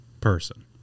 person